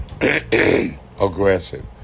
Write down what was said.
aggressive